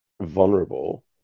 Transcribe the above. vulnerable